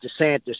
DeSantis